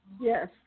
Yes